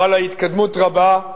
חלה התקדמות רבה,